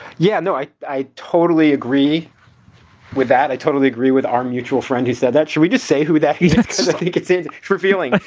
yeah, no, i i totally agree with that i totally agree with our mutual friend who said that. should we just say who that is? i think it's a true feeling.